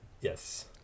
Yes